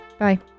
Bye